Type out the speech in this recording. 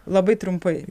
labai trumpai